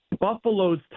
Buffalo's